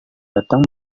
datang